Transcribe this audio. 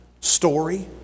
story